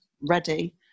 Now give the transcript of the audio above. ready